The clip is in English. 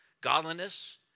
godliness